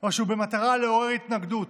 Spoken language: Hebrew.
או שהוא במטרה לעורר התנגדות.